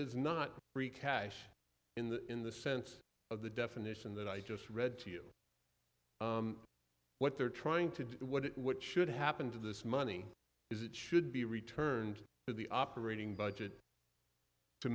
is not free cash in the in the sense of the definition that i just read to you what they're trying to what it what should happen to this money is it should be returned to the operating budget to